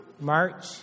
march